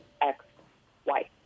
ex-wife